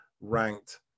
ranked